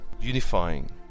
unifying